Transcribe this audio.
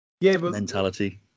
mentality